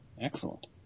Excellent